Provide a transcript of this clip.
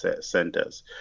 centers